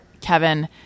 kevin